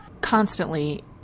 constantly